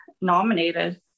nominated